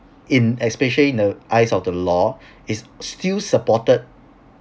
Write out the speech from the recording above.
in especially in the eyes of the law is still supported